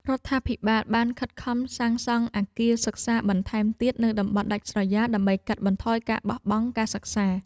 រដ្ឋាភិបាលបានខិតខំសាងសង់អគារសិក្សាបន្ថែមទៀតនៅតំបន់ដាច់ស្រយាលដើម្បីកាត់បន្ថយការបោះបង់ការសិក្សា។